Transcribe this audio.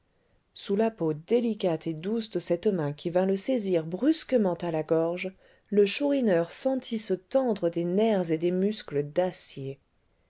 sous la peau délicate et douce de cette main qui vint le saisir brusquement à la gorge le chourineur sentit se tendre des nerfs et des muscles d'acier